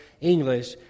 English